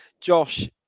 Josh